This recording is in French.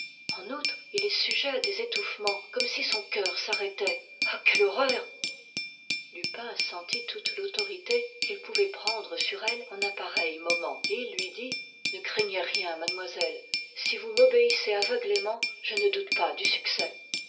en outre il est sujet à des étouffements comme si son cœur s'arrêtait ah quelle horreur lupin sentit toute l'autorité qu'il pouvait prendre sur elle en un pareil moment et il lui dit ne craignez rien mademoiselle si vous m'obéissez aveuglément je ne doute pas du succès